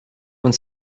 uns